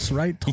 right